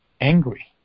angry